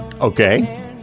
Okay